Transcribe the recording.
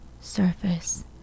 surface